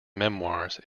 memoirs